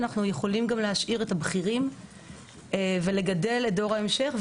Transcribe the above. אנחנו גם יכולים להשאיר את הבכירים ולגדל את דור ההמשך,